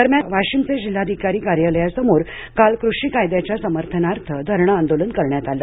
दरम्यान वाशिमचे जिल्हाधिकारी कार्यालयासमोर काल कृषी कायद्याच्या समर्थनार्थ धरणे आंदोलनकरण्यात आलं